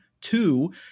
Two